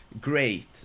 great